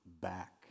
back